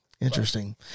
Interesting